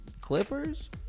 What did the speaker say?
Clippers